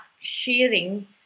sharing